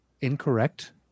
Incorrect